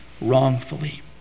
wrongfully